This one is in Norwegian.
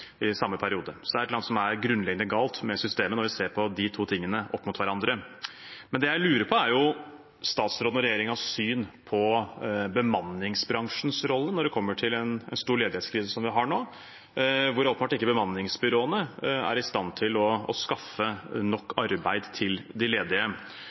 i samme periode. Så det er et eller annet som er grunnleggende galt med systemet, når vi ser de to tingene opp mot hverandre. Det jeg lurer på, er statsråden og regjeringens syn på bemanningsbransjens rolle når det kommer til en stor ledighetskrise som vi har nå, hvor bemanningsbyråene åpenbart ikke er i stand til å skaffe nok arbeid til de ledige.